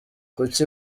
kuki